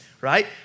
right